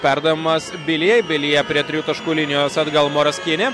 perdavimas bilijai bilija prie trijų taškų linijos atgal moras kini